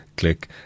Click